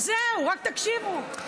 זהו, רק תקשיבו.